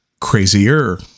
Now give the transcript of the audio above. crazier